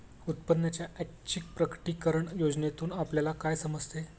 उत्पन्नाच्या ऐच्छिक प्रकटीकरण योजनेतून आपल्याला काय समजते?